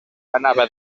anava